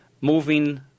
moving